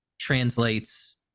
translates